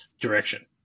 direction